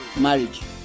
marriage